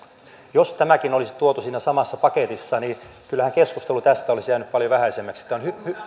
jos tämäkin olisi tuotu siinä samassa paketissa kyllähän keskustelu tästä olisi jäänyt paljon vähäisemmäksi on